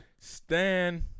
Stan